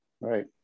right